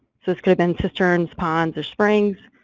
this could've been cisterns, ponds or springs,